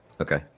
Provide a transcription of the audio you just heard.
Okay